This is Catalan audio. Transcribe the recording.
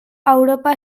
europa